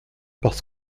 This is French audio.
parce